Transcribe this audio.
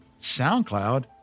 SoundCloud